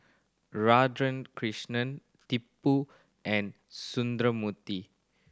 Radhakrishnan Tipu and Sundramoorthy